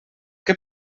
què